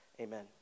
Amen